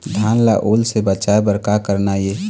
धान ला ओल से बचाए बर का करना ये?